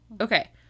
Okay